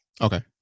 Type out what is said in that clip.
Okay